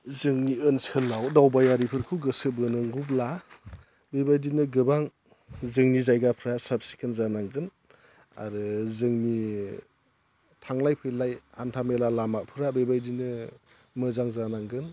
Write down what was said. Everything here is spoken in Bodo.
जोंनि ओनसोलाव दावबायारिफोरखौ गोसो बोनांगौब्ला बेबायदिनो गोबां जोंनि जायगाफ्रा साब सिखोन जानांगोन आरो जोंनि थांलाय फैलाय हान्था मेला लामाफोरा बेबायदिनो मोजां जानांगोन